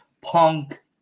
Punk